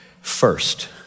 First